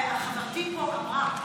וחברתי פה אמרה